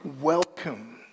welcome